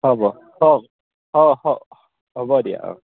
হ'ব হ'ব দিয়া অঁ